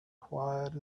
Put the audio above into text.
quiet